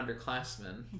underclassmen